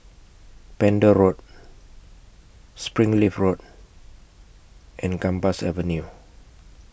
Pender Road Springleaf Road and Gambas Avenue